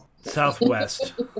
Southwest